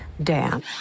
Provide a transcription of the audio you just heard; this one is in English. Dan